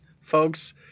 folks